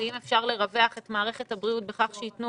ואם אפשר לרווח את מערכת הבריאות בכך שיתנו